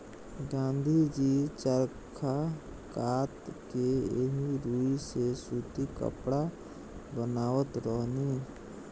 गाँधी जी चरखा कात के एही रुई से सूती कपड़ा बनावत रहनी